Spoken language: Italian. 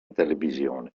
televisione